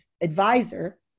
advisor